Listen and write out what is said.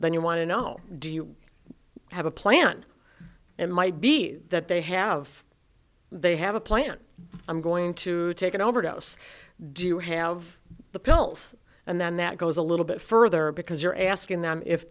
then you want to know do you have a plan it might be that they have they have a plan i'm going to take an overdose do you have the pills and then that goes a little bit further because you're asking them if